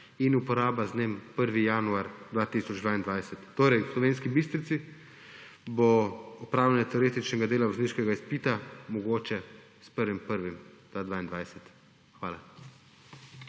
in uporaba z dnem 1. januar 2022. Torej, v Slovenski Bistrici bo opravljanje teoretičnega dela vozniškega izpita mogoče s 1. 1. 2022. Hvala.